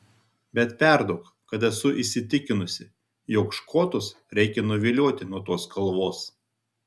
bet perduok kad esu įsitikinusi jog škotus reikia nuvilioti nuo tos kalvos